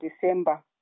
December